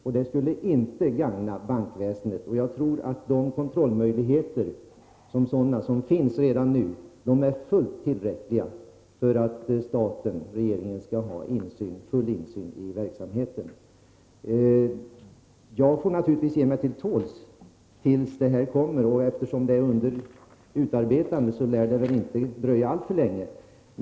Detta skulle inte gagna bankväsendet. Jag tror att de kontrollmöjligheter som redan nu finns är helt tillräckliga för att regeringen skall ha full insyn i verksamheten. Jag får naturligtvis ge mig till tåls till dess att förslaget kommer. Eftersom förslaget är under utarbetande lär det väl inte dröja alltför länge innan det föreligger.